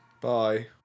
Bye